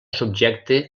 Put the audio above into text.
subjecte